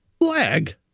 lag